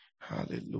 hallelujah